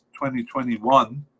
2021